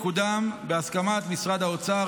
תקודם בהסכמת משרד האוצר,